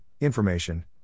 information